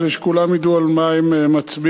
כדי שכולם ידעו על מה הם מצביעים.